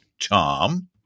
Tom